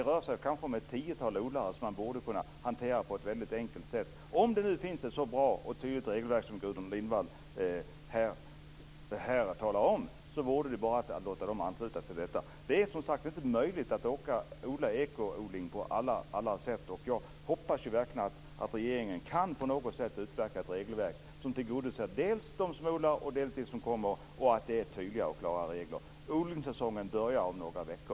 Det rör sig om kanske ett tiotal odlare, så man borde ha kunnat hantera detta på ett enkelt sätt. Om det nu finns ett så bra och tydligt regelverk som Gudrun Lindvall här talar om, vore det bra att låta dessa ansluta sig till det. Det är som sagt inte möjligt att odla ekoodling på alla sätt. Jag hoppas verkligen att regeringen på något sätt kan utverka ett regelverk som tillgodoser dels dem nu som odlar, dels dem som tillkommer och att det är klara och tydliga regler. Odlingssäsongen börjar om några veckor.